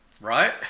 Right